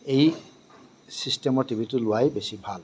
এই ছিষ্টেমৰ টিভিটো লোৱাই বেছি ভাল